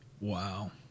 Wow